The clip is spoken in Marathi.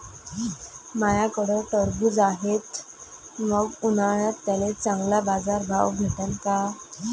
माह्याकडं टरबूज हाये त मंग उन्हाळ्यात त्याले चांगला बाजार भाव भेटन का?